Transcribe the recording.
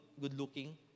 good-looking